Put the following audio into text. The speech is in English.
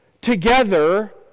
together